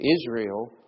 Israel